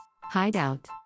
Hideout